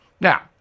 Now